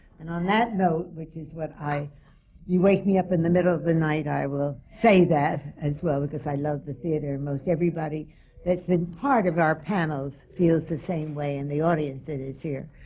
and on that note, which is what, you wake me up in the middle of the night i will say that as well, because i love the theatre, and most everybody that's been part of our panels feels the same way, and the audience that is here.